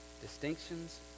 distinctions